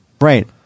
Right